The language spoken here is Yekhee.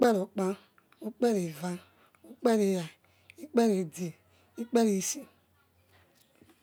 Ukperokpa ukpere eda ukpere era ikpere idge ikpere ise.